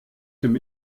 dem